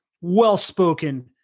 well-spoken